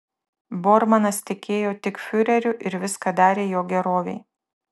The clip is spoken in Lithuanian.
bormanas tikėjo tik fiureriu ir viską darė jo gerovei